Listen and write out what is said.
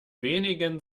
wenigen